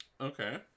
Okay